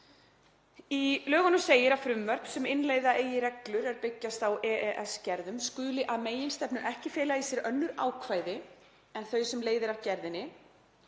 Í lögunum segir að frumvörp sem innleiða eigi reglur er byggjast á EES-gerðum skuli að meginstefnu ekki fela í sér önnur ákvæði en þau sem leiðir af gerðinni